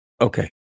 okay